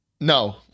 No